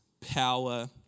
power